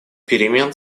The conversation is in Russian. перемен